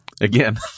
Again